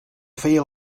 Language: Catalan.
feia